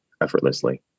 effortlessly